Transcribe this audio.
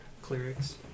clerics